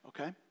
Okay